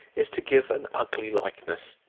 is to give an ugly likeness.